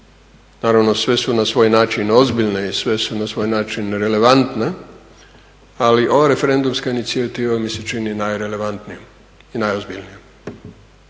naravno sve su na svoj način ozbiljne i sve su na svoj način relevantne, ali ova referendumska inicijativa mi se čini najrelevantnijom i najozbiljnijom